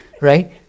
Right